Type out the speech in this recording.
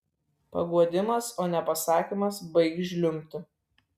paguodimas o ne pasakymas baik žliumbti